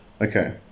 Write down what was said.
Okay